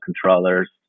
controllers